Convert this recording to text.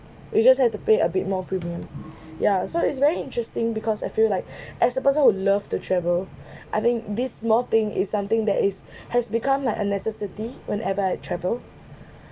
we just have to pay a bit more premium ya so it's very interesting because I feel like I suppose I would love to travel I think this small thing is something that is has become like a necessity whenever I travel